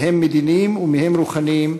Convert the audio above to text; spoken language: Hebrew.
מהם מדיניים ומהם רוחניים,